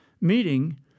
meeting